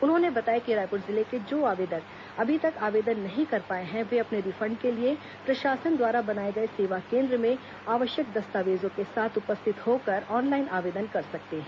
उन्होंने बताया कि रायपुर जिले के जो आवेदक अभी तक आवेदन नहीं कर पाए हैं वे अपने रिफंड के लिए प्रशासन द्वारा बनाए गए सेवा केन्द्र में आवश्यक दस्तावेजों के साथ उपस्थित होकर ऑनलाइन आवेदन कर सकते हैं